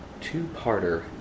two-parter